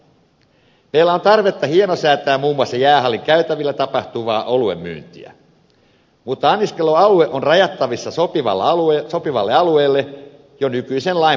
meillä on tarvetta hienosäätää muun muassa jäähallin käytävillä tapahtuvaa oluen myyntiä mutta anniskelualue on rajattavissa sopivalle alueelle jo nykyisen lain pohjalta